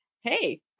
hey